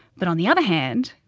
but on the other hand,